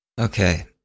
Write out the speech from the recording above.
Okay